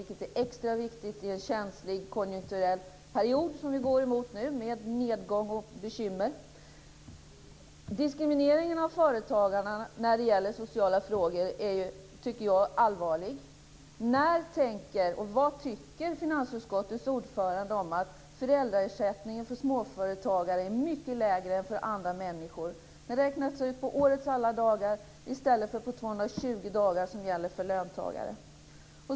Detta är extra viktigt i en känslig konjunkturell period som den vi nu går emot, med nedgång och bekymmer. Diskrimineringen av företagarna i sociala frågor tycker jag är allvarlig. Vad anser finansutskottets ordförande om att föräldraersättningen för småföretagare är mycket lägre än för andra människor? Den räknas ut på årets alla dagar i stället för på 220 dagar, som gäller för löntagare.